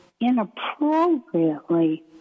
inappropriately